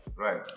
Right